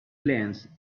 glance